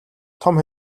том